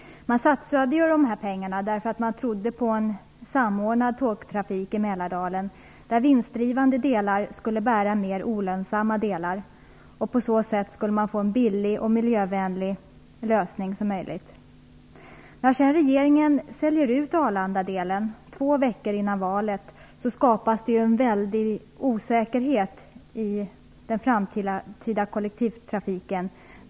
Man satsade pengarna därför att man trodde på en samordnad tågtrafik i Mälardalen, där vinstdrivande delar skulle bära mer olönsamma delar. På så sätt skulle man få en så billig och miljövänlig lösning som möjligt. När regeringen sedan säljer ut Arlandadelen, två veckor före valet, skapas det en väldig osäkerhet bland kommunerna om den framtida kollektivtrafiken.